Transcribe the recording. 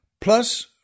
plus